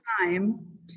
time